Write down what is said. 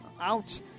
out